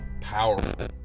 powerful